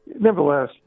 nevertheless